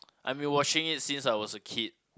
I've been watching it since I was a kid